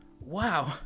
Wow